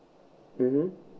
mmhmm